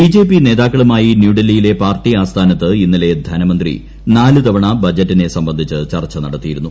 BJP നേതാക്കളുമായി ന്യൂഡൽഹിയിലെ party ആസ്ഥാനത്ത് ഇന്നലെ ധനമന്ത്രി നാല് തവണ ബജറ്റിനെ സംബന്ധിച്ച ചർച്ച നടത്തിയിരുന്നു